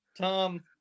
Tom